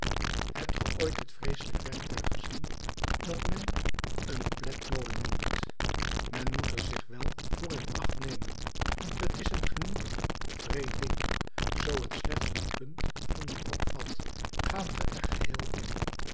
hebt ge ooit dit vreeselijk werktuig gezien dat men een pletmolen noemt men moet er zich wel voor in acht nemen t is een geniepig wreed ding zoo het slechts een punt van uw rok vat gaat ge er geheel in